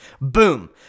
boom